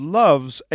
loves